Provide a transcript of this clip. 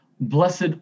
blessed